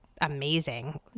amazing